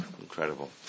Incredible